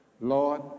Lord